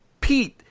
Pete